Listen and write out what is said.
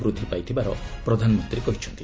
ବୃଦ୍ଧି ପାଇଥିବାର ପ୍ରଧାନମନ୍ତ୍ରୀ କହିଛନ୍ତି